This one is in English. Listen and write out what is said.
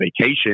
vacation